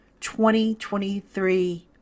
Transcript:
2023